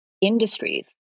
industries